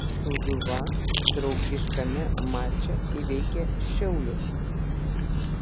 sūduva draugiškame mače įveikė šiaulius